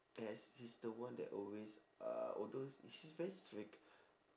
!aiya! is she's the one that always uh although she's very strict